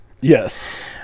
Yes